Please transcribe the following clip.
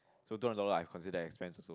so two hundred dollar I consider expense also